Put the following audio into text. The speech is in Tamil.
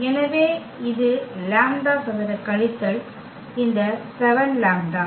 எனவே இது லாம்ப்டா சதுர கழித்தல் இந்த 7 லாம்ப்டா